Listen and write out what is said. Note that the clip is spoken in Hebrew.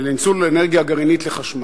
לניצול אנרגיה גרעינית לחשמל.